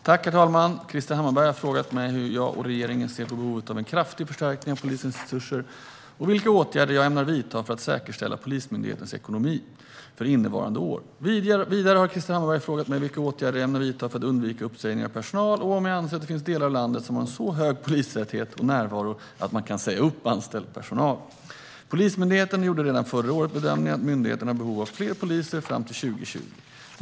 Herr talman! Krister Hammarbergh har frågat mig hur jag och regeringen ser på behovet av en kraftig förstärkning av polisens resurser och vilka åtgärder jag ämnar vidta för att säkerställa Polismyndighetens ekonomi för innevarande år. Vidare har Krister Hammarbergh frågat mig vilka åtgärder jag ämnar vidta för att undvika uppsägningar av personal och om jag anser att det finns delar av landet som har en sådan hög polistäthet och närvaro att man kan säga upp anställd personal. Polismyndigheten gjorde redan förra året bedömningen att myndigheten har behov av fler poliser fram till år 2020.